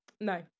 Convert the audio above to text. no